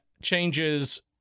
changes